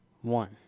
one